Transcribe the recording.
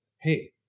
hey